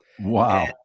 wow